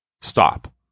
stop